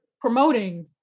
promoting